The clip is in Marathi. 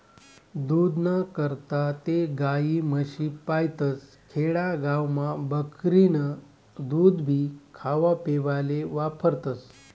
दूधना करता ते गायी, म्हशी पायतस, खेडा गावमा बकरीनं दूधभी खावापेवाले वापरतस